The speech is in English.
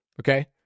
Okay